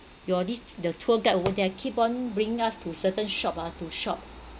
your this the tour guide over there keep on bringing us to certain shop ah to shop